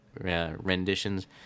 renditions